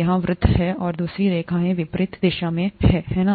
यहाँ वृत्त है और दूसरी रेखाएँ विपरीत दिशा में हैं है ना